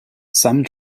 some